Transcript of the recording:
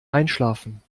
einschlafen